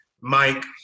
Mike –